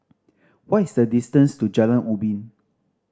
what is the distance to Jalan Ubin